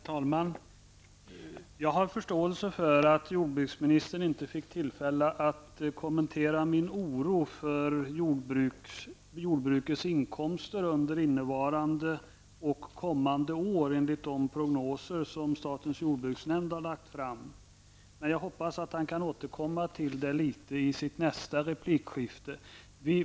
Herr talman! Jag har förståelse för att jordbruksministern inte fick tillfälle att kommentera min oro för jordbrukets inkomster under innevarande och kommande år enligt de prognoser som statens jordbruksnämnd har lagt fram. Jag hoppas dock att han kan återkomma litet till det i sitt nästa replikskifte.